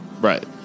right